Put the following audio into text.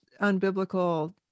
unbiblical